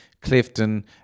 Clifton